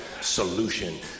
solution